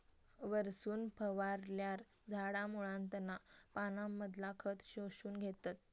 वरसून फवारल्यार झाडा मुळांतना पानांमधना खत शोषून घेतत